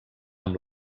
amb